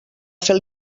fer